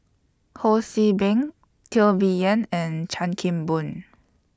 Ho See Beng Teo Bee Yen and Chan Kim Boon